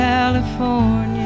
California